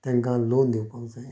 तांकां लोन दिवपाक जाय